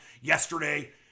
yesterday